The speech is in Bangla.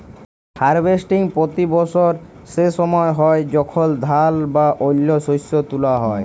হার্ভেস্টিং পতি বসর সে সময় হ্যয় যখল ধাল বা অল্য শস্য তুলা হ্যয়